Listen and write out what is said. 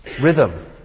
Rhythm